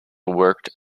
worked